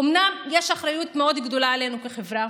אומנם יש עלינו אחריות מאוד גדולה כחברה,